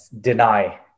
deny